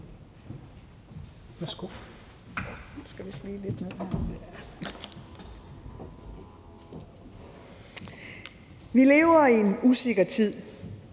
Vi lever i en usikker tid.